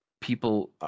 people